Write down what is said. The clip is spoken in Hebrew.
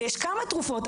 ויש כמה תרופות.